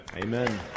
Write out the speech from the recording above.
Amen